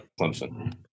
Clemson